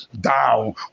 down